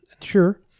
Sure